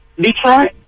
Detroit